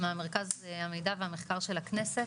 ממרכז המידע והמחקר של הכנסת.